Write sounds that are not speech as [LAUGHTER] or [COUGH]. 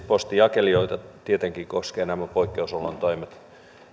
[UNINTELLIGIBLE] postinjakelijoita tietenkin koskevat nämä poikkeusolotoimet